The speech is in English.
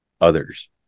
others